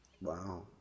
Wow